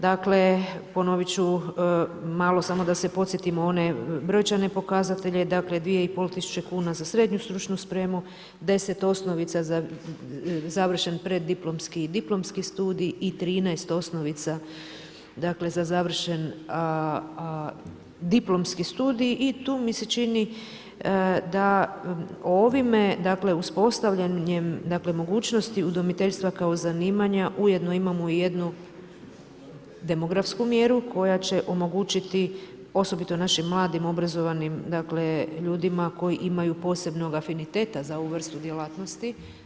Dakle, ponoviti ću, malo samo da se podsjetimo one brojčane pokazatelja, dakle, 2,5 tisuće kn za srednju stručnu spremnu, 10 osnovica za završen preddiplomski i diplomski studij i 13 osnovica za završen diplomski studij i tu mi se čini da ovime dakle, uspostavljanjem mogućnosti udomiteljstva kao zanimanja, ujedno imamo i jednu demografsku mjeru, koja će omogućiti osobito našim mladim obrazovanim ljudima, koji imaju posebnog afiniteta za ovu vrstu djelatnosti.